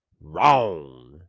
wrong